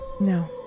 No